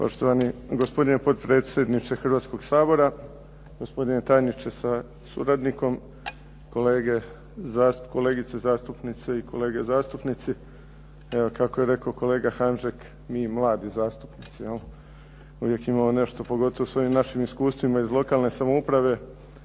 Poštovani gospodine potpredsjedniče Hrvatskoga sabora, gospodine tajniče sa suradnikom, kolegice zastupnice i kolege zastupnici. Evo kako je rekao kolega Hanžek mi mladi zastupnici, uvijek imamo nešto pogotovo svojim našim iskustvima iz lokalne samouprave